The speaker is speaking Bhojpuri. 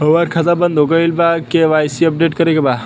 हमार खाता बंद हो गईल ह के.वाइ.सी अपडेट करे के बा?